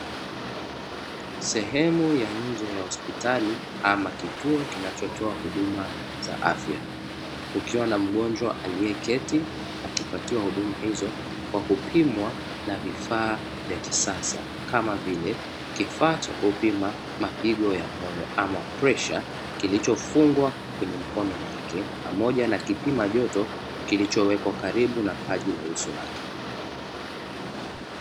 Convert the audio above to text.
Sehemu ya nje ya hospitali ama kituo kinachotoa huduma za afya kukiwa na mgonjwa aliyeketi akipatiwa huduma hizo kwa kupimwa na vifaa vya kisasa kama vile kifaa cha kupima mapigo ya moyo, ama shinikizo, kilichofungwa kwenye mikono pamoja na kipima joto kilichowekwa karibu na paji la uso wake.